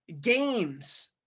Games